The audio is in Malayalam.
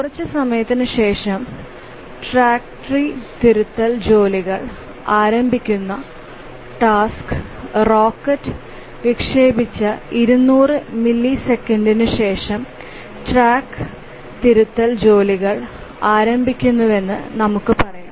കുറച്ച് സമയത്തിനുശേഷം ട്രാക്ടറി തിരുത്തൽ ജോലികൾ ആരംഭിക്കുന്ന ടാസ്ക് റോക്കറ്റ് വിക്ഷേപിച്ച 2000 മില്ലിസെക്കൻഡിനുശേഷം ട്രാക്ക് തിരുത്തൽ ജോലികൾ ആരംഭിക്കുന്നുവെന്ന് നമുക്ക് പറയാം